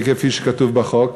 כפי שכתוב בחוק.